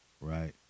Right